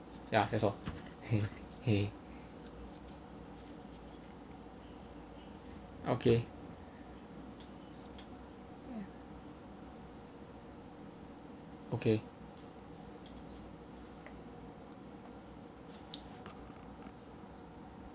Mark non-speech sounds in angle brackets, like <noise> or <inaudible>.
ya that's all <laughs> okay okay